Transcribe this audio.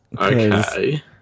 Okay